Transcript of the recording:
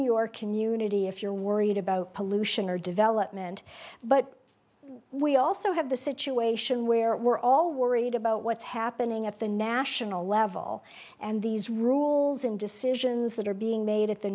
your community if you're worried about pollution or development but we also have the situation where we're all worried about what's happening at the national level and these rules and decisions that are being made at the